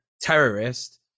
terrorist